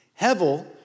Hevel